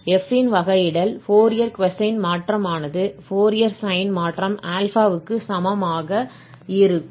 f இன் வகையிடல் Fourier cosine மாற்றமானது ஃபோரியர் சைன் மாற்றம் α க்கு சமமாக இருக்கும்